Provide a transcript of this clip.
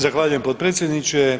Zahvaljujem potpredsjedniče.